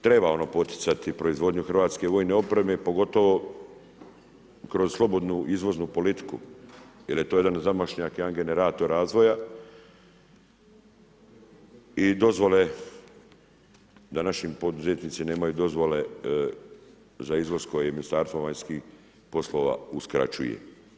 Treba ono poticati proizvodnju hrvatske vojne opreme pogotovo kroz slobodnu izvoznu politiku jer je to jedan zamašnjak, jedan generator razvoja i dozvole današnji poduzetnici nemaju dozvole za izvoz koje je Ministarstvo vanjskih poslova uskraćuje.